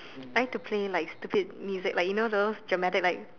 I like to play like stupid music like you know those dramatic like